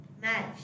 match